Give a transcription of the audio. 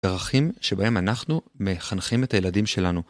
ערכים שבהם אנחנו מחנכים את הילדים שלנו.